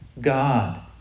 God